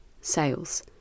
sales